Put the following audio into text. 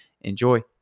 enjoy